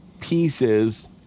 pieces